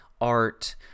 art